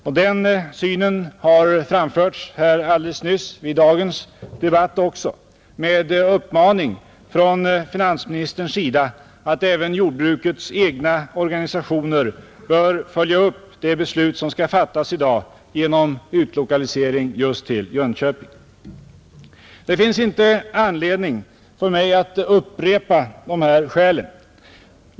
Den uppfattningen har framförts i dagens debatt också tillsammans med en uppmaning från finansministerns sida att även jordbrukets egna organisationer bör följa upp det beslut som skall fattas i dag genom utlokalisering just till Jönköping. Det finns inte anledning för mig att upprepa de skälen.